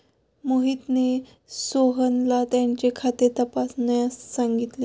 मोहितने सोहनला त्याचे खाते तपासण्यास सांगितले